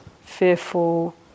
fearful